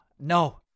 no